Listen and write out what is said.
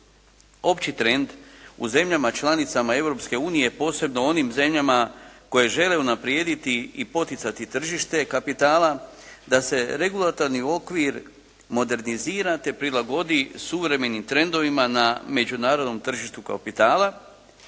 Opći trend u zemljama članicama Europske unije, posebno onim zemljama koje žele unaprijediti i poticati tržište kapitala, da se regulatorni okvir modernizira te prilagodi suvremenim trendovima na međunarodnom tržištu kapitala,